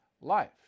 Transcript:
life